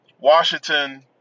Washington